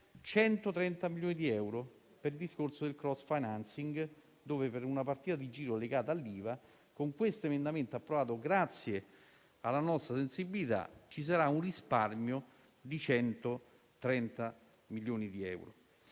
130 milioni di euro nel settore del *cross financing*. Per una partita di giro legata all'IVA, con questo emendamento, approvato grazie alla nostra sensibilità, ci sarà un risparmio di 130 milioni di euro.